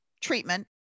treatment